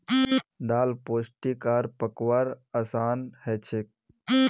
दाल पोष्टिक आर पकव्वार असान हछेक